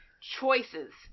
Choices